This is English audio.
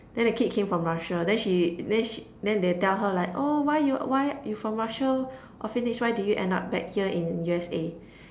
then the kid came from Russia then she then she then they tell her like oh why you why you from Russia orphanage why did you end up back here in U_S_A